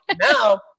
Now